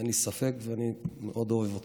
אין לי ספק, ואני מאוד אוהב אותך.